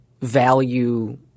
value